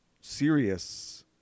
serious